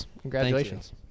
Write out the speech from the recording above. Congratulations